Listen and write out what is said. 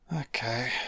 Okay